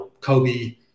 Kobe